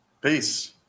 Peace